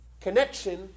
connection